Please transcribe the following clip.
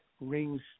rings